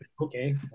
okay